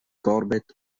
corbett